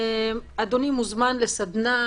אדוני מוזמן לסדנה,